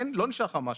לא נשאר לך משהו.